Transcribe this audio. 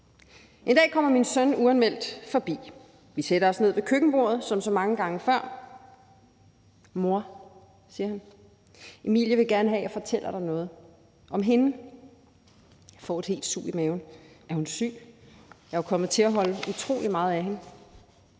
En dag kommer min søn uanmeldt forbi, vi sætter os ned ved køkkenbordet som så mange gange før. Mor, siger han, Emilie vil gerne have, at jeg fortæller dig noget om hende. Jeg får et helt sug i maven. Er hun syg? Jeg er jo kommet til at holde utrolig meget af hende.